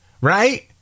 Right